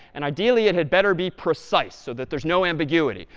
and ideally it had better be precise so that there's no ambiguity.